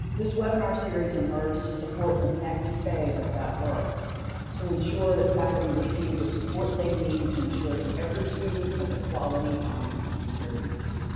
this webinar series emerged to support the next phase of that work to ensure that faculty received the support they need to ensure that every student has a quality online experience.